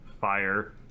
fire